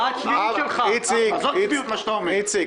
מה שאתה אומר זה צביעות.